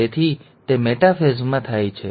તેથી તે મેટાફેઝમાં થાય છે